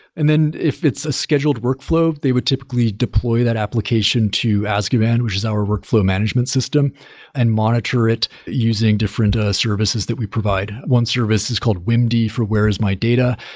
and then if it's a scheduled workflow, they would typically deploy that application to azkaban, which is our workflow management system and monitor it using different ah services that we provide one service is called wimd, for where is my data.